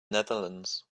netherlands